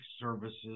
services